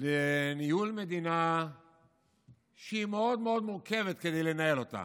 לניהול מדינה שמאוד מאוד מורכב לנהל אותה,